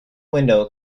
window